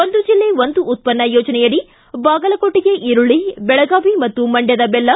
ಒಂದು ಜೆಲ್ಲೆ ಒಂದು ಉತ್ಪನ್ನ ಯೋಜನೆಯಡಿ ಬಾಗಲಕೋಟೆಯ ಈರುಳ್ಳಿ ಬೆಳಗಾವಿ ಮತ್ತು ಮಂಡ್ಣದ ದೆಲ್ಲ